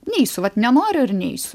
neisiu vat nenoriu ir neisiu